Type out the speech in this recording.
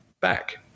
back